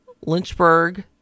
Lynchburg